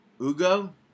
Ugo